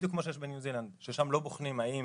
בדיוק כמו שיש בניו זילנד ששם לא בוחנים האם